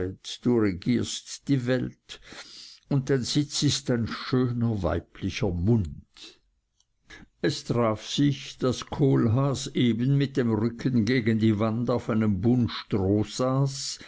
die welt und dein sitz ist ein schöner weiblicher mund es traf sich daß kohlhaas eben mit dem rücken gegen die wand auf einem bund